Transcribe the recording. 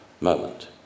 moment